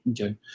Okay